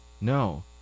No